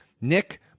Nick